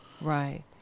Right